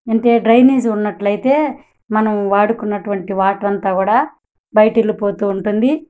అంటే డ్రైనేజ్ ఉన్నట్లయితే మనం వాడుకున్నటువంటి వాటర్ అంతా కూడా బయటకి వెళ్ళిపోతూ ఉంటుంది